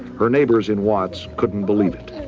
her neighbors in watts couldn't believe it.